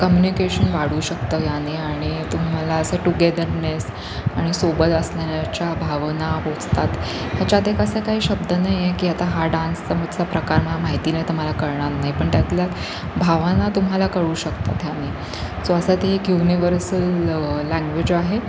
communication वाढू शकतं याने आणि तुम्हाला असं टुगेदरनेस आणि सोबत असल्याच्या भावना पोचतात ह्याच्यात एक असा काही शब्द नाही आहे की आता हा डान्सचा प्रकार मला माहिती नाही तर मला कळणार नाही पण त्यातल्या भावना तुम्हाला कळू शकतात ह्याने सो असं ते एक युनिवर्सल लँग्वेज आहे